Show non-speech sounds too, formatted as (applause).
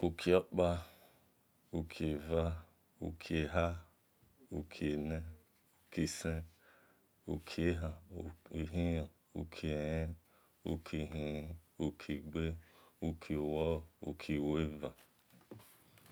Uki okpa uki eva uki eha uki ene uki sen uki ehan uki ihion uki elene uki ihini uki igbe uki owolo uki weva (hesitation)